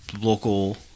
local